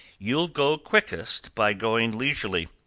ye'll go quickest by going leisurely.